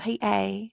PA